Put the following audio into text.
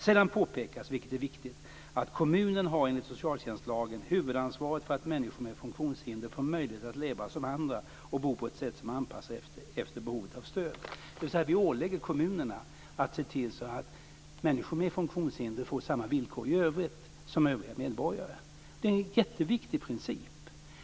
Sedan påpekas, vilket är viktigt, att kommunen, enligt socialtjänstlagen, har huvudansvaret för att människor med funktionshinder får möjlighet att leva som andra och bo på ett sätt som är anpassat efter behovet av stöd. Vi ålägger alltså kommunerna att se till att människor med funktionshinder får samma villkor i övrigt som övriga medborgare. Det är en jätteviktig princip.